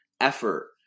effort